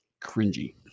cringy